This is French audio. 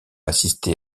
assisté